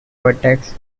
vertex